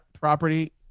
property